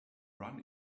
run